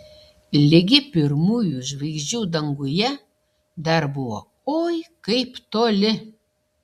ligi pirmųjų žvaigždžių danguje dar buvo oi kaip toli